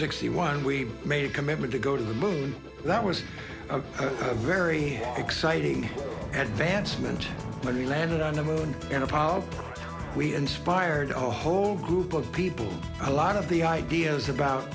sixty one we made a commitment to go to the moon and that was a very exciting advancement when you landed on the moon in apollo we inspired a whole group of people a lot of the ideas about